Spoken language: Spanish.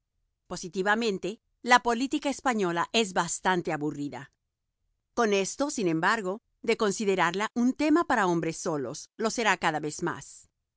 positivamente la política española es bastante aburrida con esto sin embargo de considerarla un tema para hombres solos lo será cada vez más